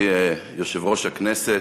נכבדי יושב-ראש הכנסת,